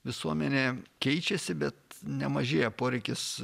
visuomenė keičiasi bet nemažėja poreikis